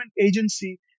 agency